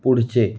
पुढचे